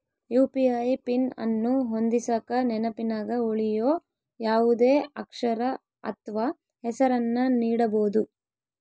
UPI PIN ಅನ್ನು ಹೊಂದಿಸಕ ನೆನಪಿನಗ ಉಳಿಯೋ ಯಾವುದೇ ಅಕ್ಷರ ಅಥ್ವ ಹೆಸರನ್ನ ನೀಡಬೋದು